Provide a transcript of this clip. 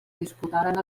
disputaren